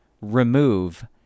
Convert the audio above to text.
remove